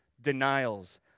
denials